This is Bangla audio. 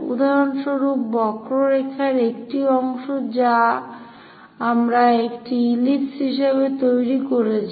উদাহরণস্বরূপ বক্ররেখার একটি অংশ যা আমরা একটি ইলিপস হিসেবে তৈরি করেছি